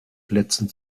plätzen